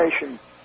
information